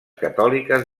catòliques